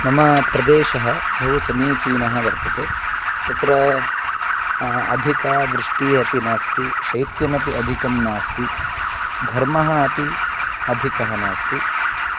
मम प्रदेशः बहु समीचीनः वर्तते तत्र अधिका वृष्टिः अपि नास्ति शैत्यमपि अधिकं नास्ति घर्मः अपि अधिकः नास्ति